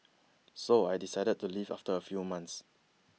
so I decided to leave after a few months